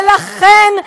ולכן,